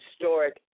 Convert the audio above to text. historic